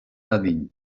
dadin